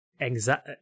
anxiety